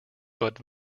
but